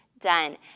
done